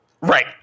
Right